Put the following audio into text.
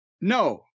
No